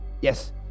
yes